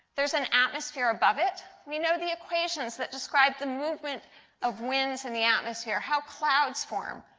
there is an atmosphere above it. we know the equations that describe the movement of winds in the atmosphere, how clouds for um